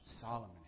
Solomon